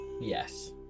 Yes